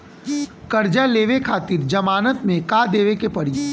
कर्जा लेवे खातिर जमानत मे का देवे के पड़ी?